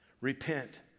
Repent